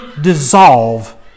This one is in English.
dissolve